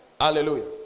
Hallelujah